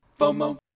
FOMO